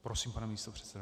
Prosím, pane místopředsedo.